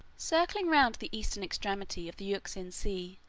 circling round the eastern extremity of the euxine sea,